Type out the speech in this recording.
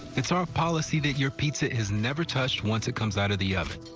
it's our policy that your pizza is never touched once it comes out of the oven.